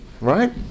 Right